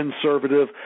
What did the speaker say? conservative